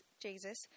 Jesus